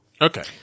Okay